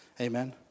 Amen